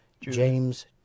James